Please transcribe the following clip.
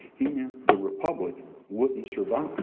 he meant the republic wouldn't survive.